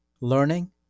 Learning